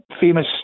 famous